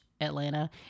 Atlanta